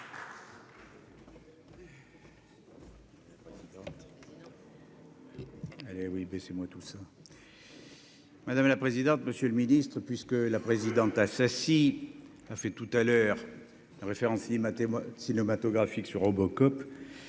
madame la présidente, monsieur le Ministre, puisque la présidente Assassi a fait tout à l'heure référence cinéma cinématographique sur Robocop